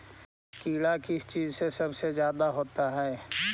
कीड़ा किस चीज से सबसे ज्यादा होता है?